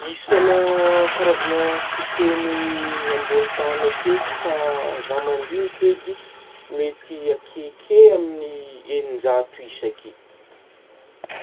Isana karazagna fitegny ambony tany aky eto ka zah mandignika edy, mety akeokeo amin'gny enin-jato isa akeo.